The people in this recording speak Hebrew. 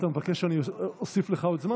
אתה מבקש שאוסיף לך עוד זמן,